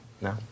No